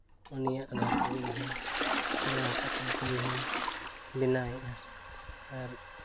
ᱩᱱᱤᱭᱟᱜ ᱟᱫᱷᱟᱨ ᱛᱮᱜᱮ ᱤᱧ ᱦᱚᱸᱧ ᱥᱮᱬᱟ ᱟᱠᱟᱫ ᱛᱮ ᱱᱤᱛᱚᱜ ᱤᱧ ᱦᱚᱸᱧ ᱵᱮᱱᱟᱣ ᱮᱜᱼᱟ ᱟᱨ